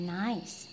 nice